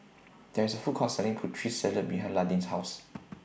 There IS A Food Court Selling Putri Salad behind Landin's House